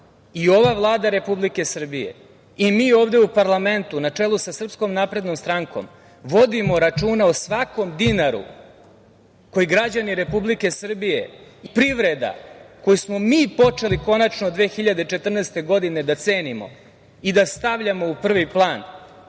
i ova Vlada Republike Srbije i mi ovde u parlamentu na čelu sa SNS vodimo računa o svakom dinaru koji građani Republike Srbije i privreda, koju smo mi počeli konačno 2014. godine da cenimo i da stavljamo u prvi plan,